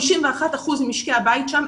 51 אחוזים ממשקי הבית שם,